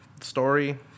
story